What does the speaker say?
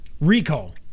Recall